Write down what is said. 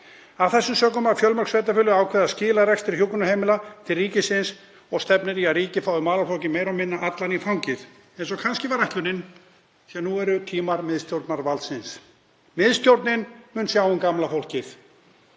Af þessum sökum hafa fjölmörg sveitarfélög ákveðið að skila rekstri hjúkrunarheimila til ríkisins. Það stefnir í að ríkið fái málaflokkinn meira og minna allan í fangið eins og kannski var ætlunin því að nú eru tímar miðstjórnarvaldsins. Miðstjórnin mun sjá um gamla fólkið,